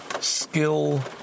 skill